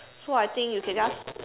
so I think you can just